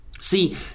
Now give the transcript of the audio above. See